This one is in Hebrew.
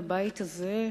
בבית הזה,